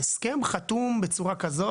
ההסכם חתום בצורה כזאת,